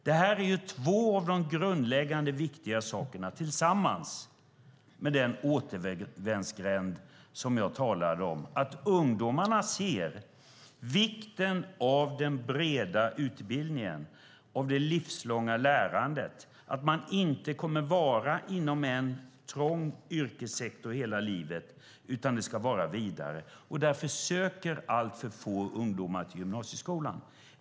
Det här är två av de grundläggande sakerna tillsammans med den återvändsgränd som jag talade om. Ungdomarna ser vikten av den breda utbildningen och det livslånga lärandet. Man kommer inte att vara inom en trång yrkessektor hela livet, utan det hela ska vara vidare. Därför söker alltför få ungdomar till gymnasieskolan.